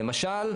למשל,